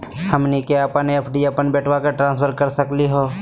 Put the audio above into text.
हमनी के अपन एफ.डी अपन बेटवा क ट्रांसफर कर सकली हो?